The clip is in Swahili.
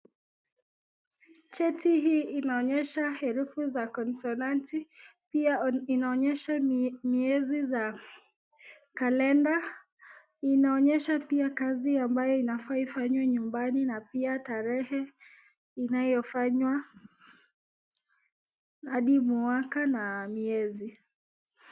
Cheti hii inaonyesha herufi za konsonanti, pia inaonyesha miezi za kalenda, inaonyesha pia kazi ambayo inafaa ifanywe nyumbani na pia tarehe inayofanywa hadi mwaka na miezi.